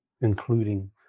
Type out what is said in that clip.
including